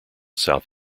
south